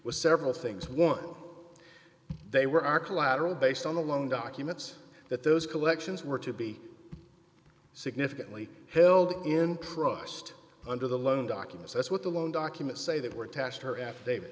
was several things one they were our collateral based on the loan documents that those collections were to be significantly held in trust under the loan documents that's what the loan documents say that were taxed her af